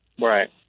right